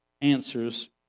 answers